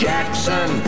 Jackson